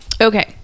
Okay